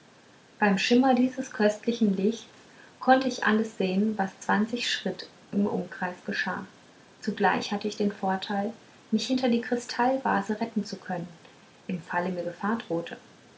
beim schimmer dieses köstlichen lichtes konnte ich alles sehen was zwanzig schritt im umkreise geschah zugleich hatte ich den vorteil mich hinter die kristallvase retten zu können im falle mir gefahr drohte